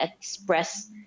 express